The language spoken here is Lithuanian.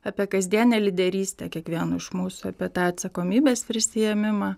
apie kasdienę lyderystę kiekvieno iš mūsų apie tą atsakomybės prisiėmimą